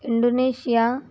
Indonesia